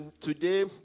today